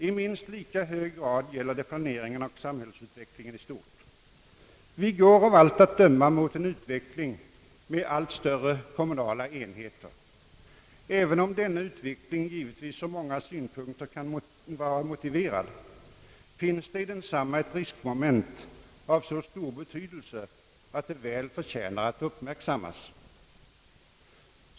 I minst lika hög grad gäller det planeringen av samhällsutvecklingen i stort. Vi går av allt att döma mot en utveckling med allt större kommunala enheter. Även om denna utveckling givetvis ur många synpunkter kan vara motiverad, finns det i densamma ett riskmoment av så stor betydelse att det väl förtjänar uppmärksamhet.